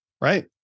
right